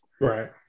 Right